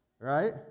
right